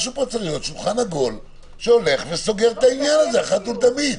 צריך להיות שולחן עגול שסוגר את העניין הזה אחת ולתמיד.